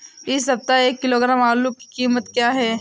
इस सप्ताह एक किलो आलू की कीमत क्या है?